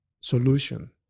solution